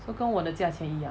so 我跟我的价钱一样